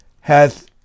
hath